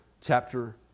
chapter